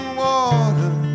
water